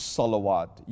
salawat